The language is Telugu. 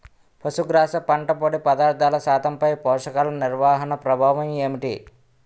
పశుగ్రాస పంట పొడి పదార్థాల శాతంపై పోషకాలు నిర్వహణ ప్రభావం ఏమిటి?